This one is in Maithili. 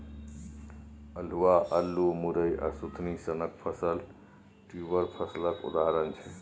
अल्हुआ, अल्लु, मुरय आ सुथनी सनक फसल ट्युबर फसलक उदाहरण छै